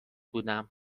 بودم